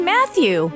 Matthew